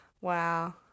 Wow